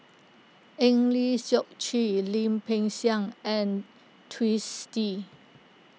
Eng Lee Seok Chee Lim Peng Siang and Twisstii